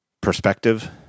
perspective